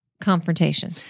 confrontation